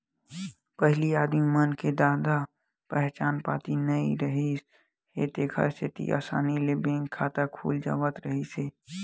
पहिली आदमी मन के जादा पहचान पाती नइ बने रिहिस हे तेखर सेती असानी ले बैंक खाता खुल जावत रिहिस हे